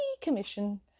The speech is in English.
commission